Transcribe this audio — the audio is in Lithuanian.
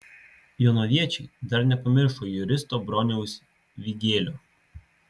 jonaviečiai dar nepamiršo juristo broniaus vygėlio